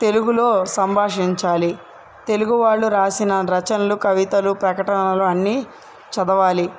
తెలుగులో సంభాషించాలి తెలుగు వాళ్ళు రాసిన రచనలు కవితలు ప్రకటనలు అన్నీ చదవాలి